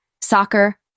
soccer